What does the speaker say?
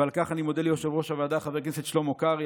ועל כך אני מודה ליושב-ראש הוועדה חבר הכנסת שלמה קרעי